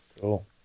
Cool